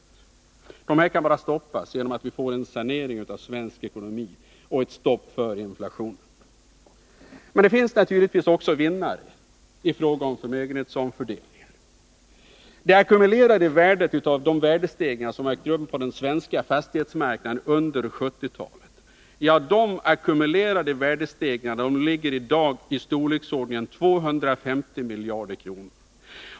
Nr 30 Den kan bara stoppas genom att vi får en sanering av svensk ekonomi och ett stopp för inflationen. Men det finns naturligtvis också vinnare i fråga om förmögenhetsomfördelningar. Det ackumulerade värdet av de värdestegringar som ägt rum på den svenska fastighetsmarknaden under 1970-talet ligger i dag i storleksordningen 250 miljarder kronor.